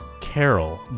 carol